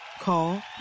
Call